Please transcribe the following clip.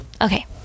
okay